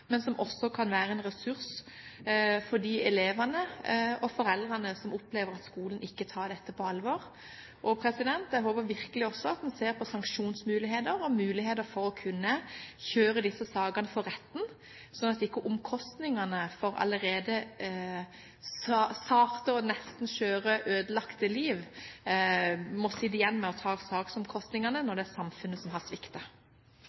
men som også kan være en ressurs for de elevene og foreldrene som opplever at skolen ikke tar dette på alvor. Jeg håper virkelig at man også ser på sanksjonsmuligheter og muligheter for å kunne kjøre disse sakene for retten, slik at ikke allerede sarte og skjøre, nesten ødelagte liv sitter igjen med saksomkostningene når